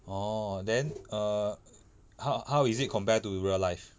orh then err how how is it compare to real life